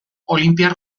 olinpiar